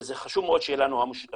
זה חשוב מאוד שיהיה לנו המשותפים,